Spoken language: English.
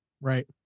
Right